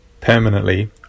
permanently